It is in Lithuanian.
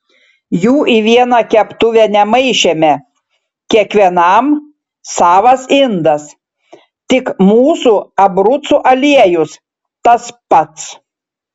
jų į vieną keptuvę nemaišėme kiekvienam savas indas tik mūsų abrucų aliejus tas pats